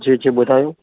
जी जी ॿुधायूं